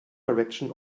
direction